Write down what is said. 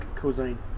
cuisine